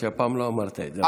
כי הפעם לא אמרת את זה.